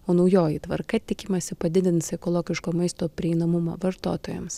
o naujoji tvarka tikimasi padidins ekologiško maisto prieinamumą vartotojams